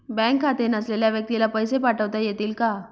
Bank खाते नसलेल्या व्यक्तीला पैसे पाठवता येतील का?